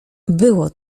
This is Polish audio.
było